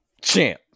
Champ